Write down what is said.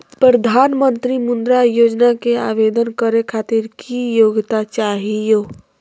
प्रधानमंत्री मुद्रा योजना के आवेदन करै खातिर की योग्यता चाहियो?